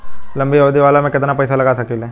लंबी अवधि वाला में केतना पइसा लगा सकिले?